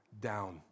down